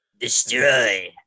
Destroy